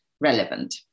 relevant